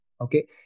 Okay